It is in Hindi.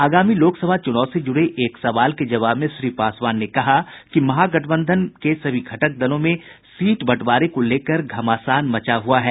आगामी लोकसभा चुनाव से जुड़े एक सवाल के जवाब में श्री पासवान ने कहा कि बिहार में महागठबंधन के सभी घटक दलों में सीट बंटवारे को लेकर घमासान मचा हुआ है